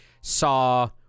saw